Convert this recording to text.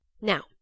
Now